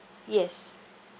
yes